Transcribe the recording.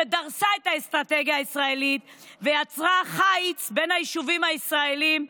דרסה את האסטרטגיה הישראלית ויצרה חיץ בין היישובים הישראליים,